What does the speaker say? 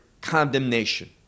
condemnation